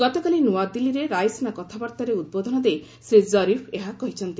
ଗତକାଲି ନୂଆଦିଲ୍ଲୀରେ ରାଇସିନା କଥାବାର୍ତ୍ତାରେ ଉଦ୍ବୋଧନ ଦେଇ ଶ୍ରୀ କରିଫ୍ ଏହା କହିଛନ୍ତି